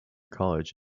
college